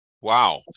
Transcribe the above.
Wow